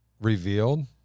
revealed